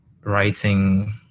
writing